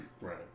Right